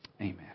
Amen